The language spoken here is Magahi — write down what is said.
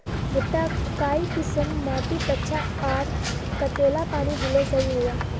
भुट्टा काई किसम माटित अच्छा, आर कतेला पानी दिले सही होवा?